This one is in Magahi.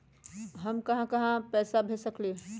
हम कहां कहां पैसा भेज सकली ह?